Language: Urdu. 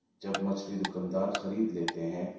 جب مچھلی دکندار خرید لیتے ہیں